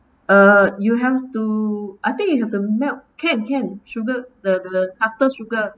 uh you have to I think you have to melt can can sugar the the custard sugar